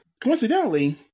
Coincidentally